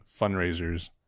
fundraisers